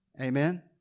Amen